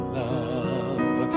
love